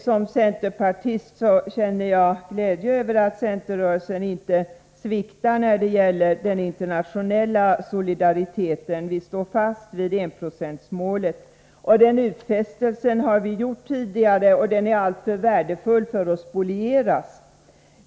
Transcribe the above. Som centerpartist känner jag glädje över att centerrörelsen inte sviktar när det gäller den internationella solidariteten. Vi står fast vid enprocentsmålet. Den utfästelsen har vi gjort tidigare, och den är alltför värdefull för att spolieras.